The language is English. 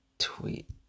Tweet